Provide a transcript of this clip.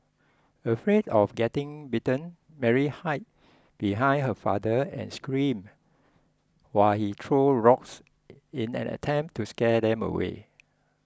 afraid of getting bitten Mary hid behind her father and screamed while he threw rocks in an attempt to scare them away